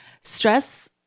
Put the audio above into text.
Stress